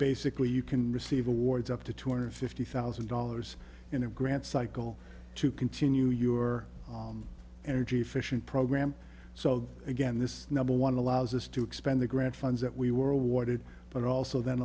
basically you can receive awards up to two hundred fifty thousand dollars in a grant cycle to continue your energy efficient program so again this number one allows us to expand the grant funds that we were awarded but also then